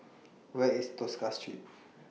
Where IS Tosca Street